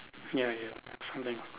ya ya